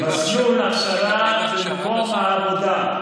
2. מסלול הכשרה במקום העבודה,